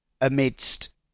amidst